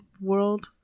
world